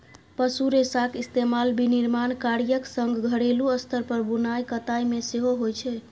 पशु रेशाक इस्तेमाल विनिर्माण कार्यक संग घरेलू स्तर पर बुनाइ कताइ मे सेहो होइ छै